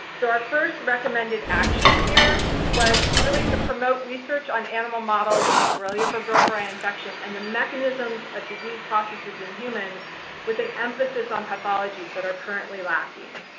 so, our first recommended action here was really to promote research on animal models of borrelia burgdorferi infection and the mechanisms of diseases processes in humans with an emphasis on pathologies that are currently lacking.